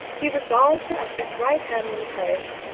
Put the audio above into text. he regards her as his right hand in the parish.